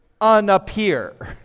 unappear